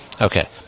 Okay